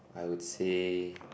I would say